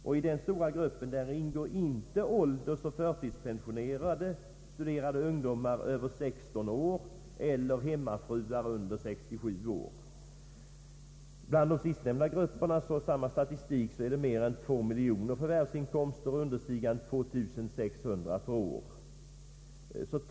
I den stora gruppen ingår inte ålderseller förtidspensionerade, studerande ungdomar över 16 år eller hemmafruar under 67 år. I den sistnämnda gruppen är det, enligt samma statistik, mer än två miljoner människor som har inkomster understigande 2 600 kronor per år.